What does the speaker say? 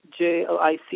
JLIC